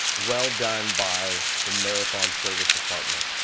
well done by the marathon service department.